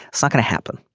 it's not going to happen.